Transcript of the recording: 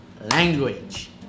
language